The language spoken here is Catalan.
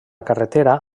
carretera